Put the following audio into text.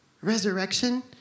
resurrection